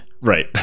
right